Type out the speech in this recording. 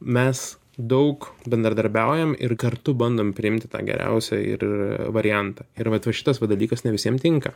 mes daug bendradarbiaujam ir kartu bandom priimti tą geriausią ir variantą ir vat va šitas dalykas ne visiem tinka